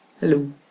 Hello